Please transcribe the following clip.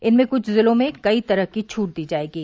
इनमें कुछ जिलों में कई तरह की छूट दी जाएंगी